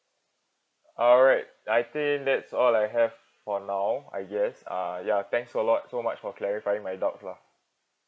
alright I think that's all I have for now I guess uh ya thanks a lot so much for clarifying my doubts lah